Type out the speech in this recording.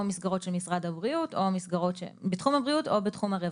או מסגרות בתחום הבריאות או בתחום הרווחה.